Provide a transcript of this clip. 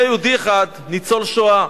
היה יהודי אחד, ניצול שואה,